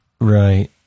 Right